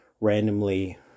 randomly